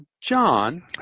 John